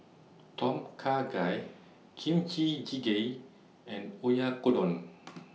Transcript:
Tom Kha Gai Kimchi Jjigae and Oyakodon